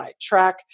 Track